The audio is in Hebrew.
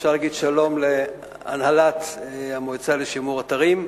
אפשר להגיד שלום להנהלת המועצה לשימור אתרים.